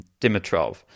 Dimitrov